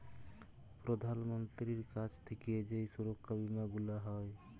প্রধাল মন্ত্রীর কাছ থাক্যে যেই সুরক্ষা বীমা গুলা হ্যয়